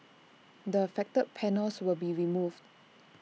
the affected panels will be removed